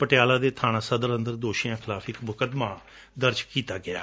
ਪਟਿਆਲਾ ਦੇ ਬਾਣਾ ਸਦਰ ਵਿਚ ਦੋਸ਼ੀਆਂ ਖਿਲਾਫ਼ ਮੁਕਦਮਾ ਦਰਜ ਕੀਤਾ ਗਿਐ